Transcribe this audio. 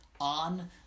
on